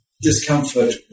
discomfort